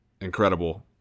Incredible